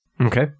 Okay